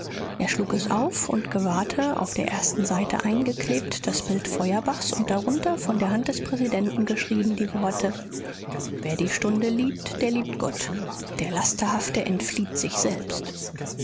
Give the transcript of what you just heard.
er schlug es auf und gewahrte auf der ersten seite eingeklebt das bild feuerbachs und darunter von der hand des präsidenten geschrieben die worte wer die stunde liebt der liebt gott der lasterhafte entflieht sich selbst